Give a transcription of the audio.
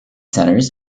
centres